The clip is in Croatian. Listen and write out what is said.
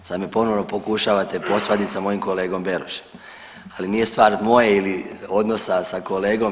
Sad me ponovno pokušavate posvaditi sa mojim kolegom Berošem, ali nije stvar mojeg odnosa sa kolegom.